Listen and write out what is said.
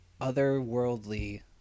otherworldly